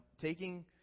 taking